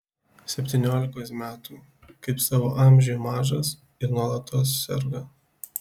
septyniolikos metų kaip savo amžiui mažas ir nuolatos serga